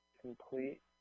complete